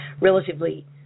relatively